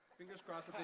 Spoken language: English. fingers crossed that they